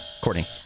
Courtney